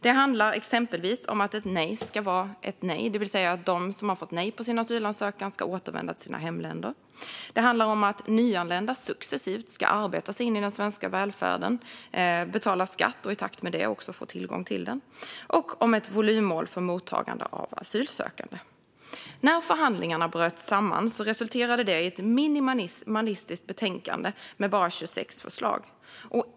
Det handlar exempelvis om att ett nej ska vara ett nej, det vill säga att de som har fått nej på sin asylansökan ska återvända till sina hemländer. Det handlar om att nyanlända successivt ska arbeta sig in i den svenska välfärden, betala skatt och i takt med det också få tillgång till välfärden. Det handlar också om ett volymmål för mottagande av asylsökande. När förhandlingarna bröt samman resulterade det i ett minimalistiskt betänkande med bara 26 förslag.